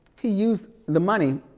he used the money